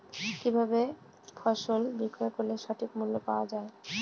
কি ভাবে ফসল বিক্রয় করলে সঠিক মূল্য পাওয়া য়ায়?